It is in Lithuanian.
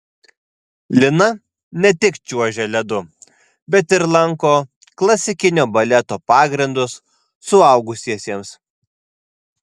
lina ne tik čiuožia ledu bet ir lanko klasikinio baleto pagrindus suaugusiesiems